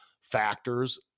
factors